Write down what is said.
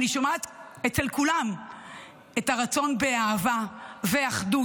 אני שומעת אצל כולם את הרצון באהבה ואחדות.